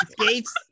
skates